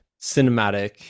cinematic